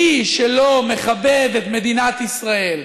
מי שלא מכבד את מדינת ישראל,